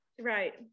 Right